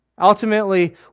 Ultimately